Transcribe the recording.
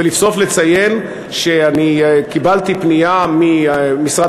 ולבסוף לציין שאני קיבלתי פנייה ממשרד